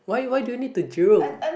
why why do you need to drill